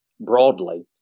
broadly